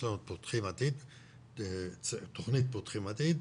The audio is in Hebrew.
עושים ביחד תכנית שנקראת 'פותחים עתיד'